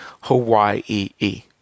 Hawaii